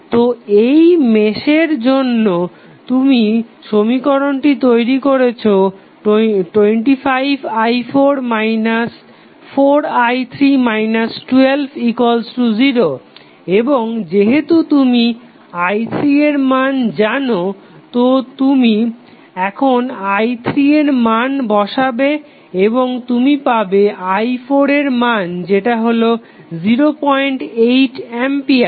তো এই মেশের জন্য তুমি সমীকরণটি তৈরি করেছো যেমন 25i4 4i3 120 এবং যেহেতু তুমি i3 এর মান জানো তো তুমি এখানে i3 এর মান বসাবে এবং তুমি পাবে i4 এর মান যেটা হলো 08 আম্পিয়ার